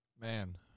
Man